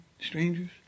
strangers